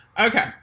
Okay